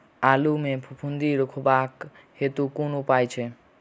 आलु मे फफूंदी रुकबाक हेतु कुन उपाय छै?